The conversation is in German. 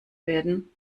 werden